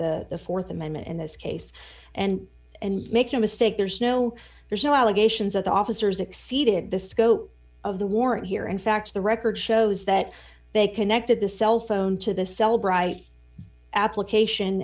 the th amendment in this case and and make no mistake there's no there's no allegations that the officers exceeded the scope of the warrant here in fact the record shows that they connected the cell phone to the cell brite application